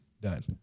Done